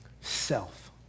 self